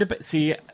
see